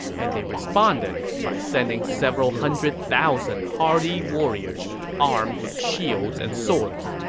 and they responded by sending several hundred thousand hardy warriors armed with shields and swords.